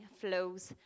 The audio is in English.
flows